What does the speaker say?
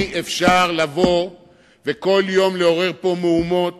שאי-אפשר לבוא כל יום ולעורר פה מהומות